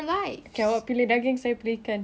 both boleh steam